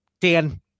Dan